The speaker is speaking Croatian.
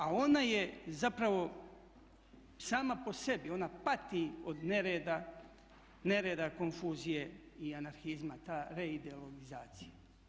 A ona je zapravo sama po sebi, ona pati od nereda, konfuzije i anarhizma, ta reideologizacija.